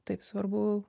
taip svarbu